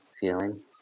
feeling